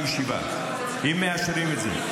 אם מאשרים את זה,